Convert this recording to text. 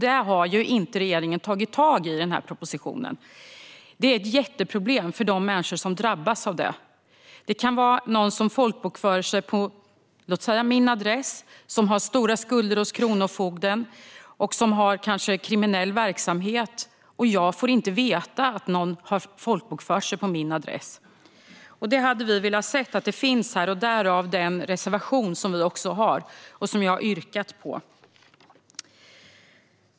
Det har inte regeringen tagit tag i i propositionen. Det här är jätteproblem för de människor som drabbas. Det kan handla om någon som folkbokför sig på, låt oss säga, min adress och som har stora skulder hos kronofogden och kanske bedriver kriminell verksamhet. Jag får då inte veta att någon har folkbokfört sig på min adress. Vi hade velat se ett förslag till åtgärd mot detta - därav den reservation som vi har och som jag har yrkat bifall till.